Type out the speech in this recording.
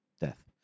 death